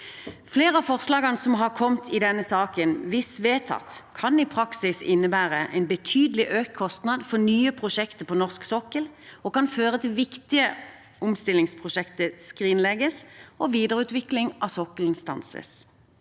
Flere av forslagene som er kommet i denne saken, kan – hvis vedtatt – i praksis innebære en betydelig økt kostnad for nye prosjekter på norsk sokkel, og kan føre til at viktige omstillingsprosjekter skrinlegges og videreutvikling av sokkelen stanses.